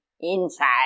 inside